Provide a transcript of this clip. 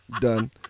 done